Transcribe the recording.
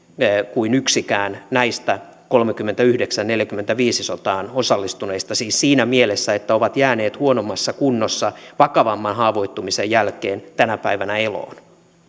kuin yksikään näistä vuosien kolmekymmentäyhdeksän viiva neljäkymmentäviisi sotaan osallistuneista siis siinä mielessä että ovat jääneet huonommassa kunnossa vakavamman haavoittumisen jälkeen tänä päivänä eloon